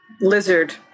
lizard